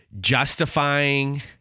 justifying